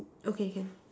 okay can